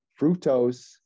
fructose